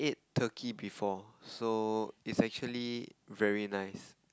Turkey before so is actually very nice